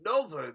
Nova